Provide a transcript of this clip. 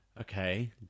Okay